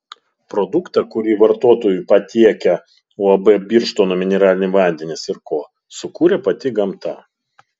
produktą kurį vartotojui patiekia uab birštono mineraliniai vandenys ir ko sukūrė pati gamta